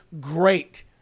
great